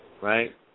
Right